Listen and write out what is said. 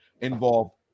involved